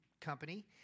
company